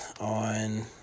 on